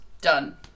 done